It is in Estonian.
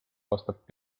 vastab